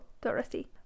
Dorothy